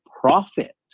profit